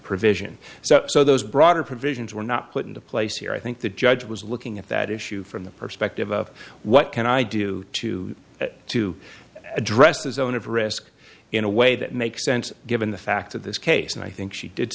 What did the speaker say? provision so so those broader provisions were not put into place here i think the judge was looking at that issue from the perspective of what can i do to to address the zone of risk in a way that makes sense given the facts of this case and i think she did